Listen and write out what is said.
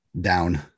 down